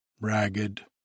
ragged